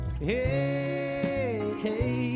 hey